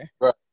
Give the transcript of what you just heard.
Right